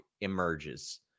emerges